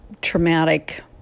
traumatic